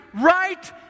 right